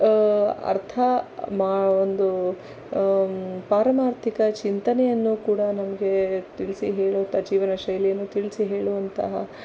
ಅರ್ಥ ಮಾ ಒಂದು ಪಾರಮಾರ್ಥಿಕ ಚಿಂತನೆಯನ್ನೂ ಕೂಡ ನಮಗೆ ತಿಳಿಸಿ ಹೇಳುವಂಥ ಜೀವನ ಶೈಲಿಯನ್ನು ತಿಳಿಸಿ ಹೇಳುವಂತಹ